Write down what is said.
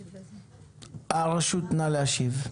הרשות, נא להשיב.